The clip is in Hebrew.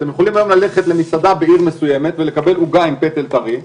אתם יכולים היום ללכת למסעדה בעיר מסוימת ולקבל עוגה עם פטל טרי,